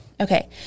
Okay